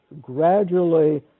gradually